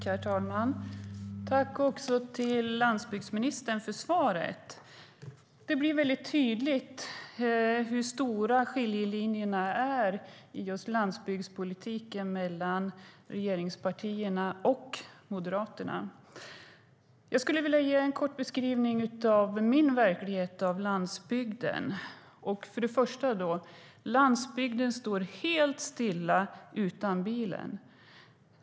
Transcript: Herr talman! Tack, landsbygdsministern, för svaret! Det blir väldigt tydligt hur stora skiljelinjerna i landsbygdspolitiken är mellan regeringspartierna och Moderaterna. Jag vill ge en kort beskrivning av min verklighet på landsbygden. Till att börja med står landsbygden helt stilla utan bilen.